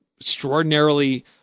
extraordinarily